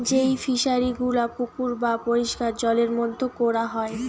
যেই ফিশারি গুলা পুকুর বা পরিষ্কার জলের মধ্যে কোরা হয়